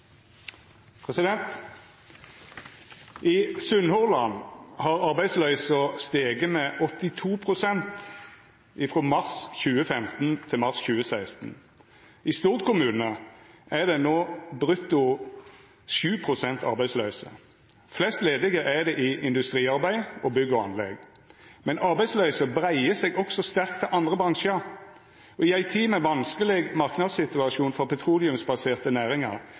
mars 2016. I Stord kommune er det 7 pst. brutto arbeidsløyse. Flest ledige er det i industriarbeid og bygg og anlegg, men arbeidsløysa breier seg også sterkt til andre bransjar. I ei tid med vanskeleg marknadssituasjon for petroleumsbaserte næringar